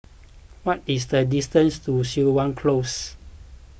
what is the distance to Siok Wan Close